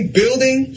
building